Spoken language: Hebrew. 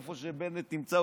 איפה שבנט נמצא,